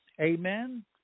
Amen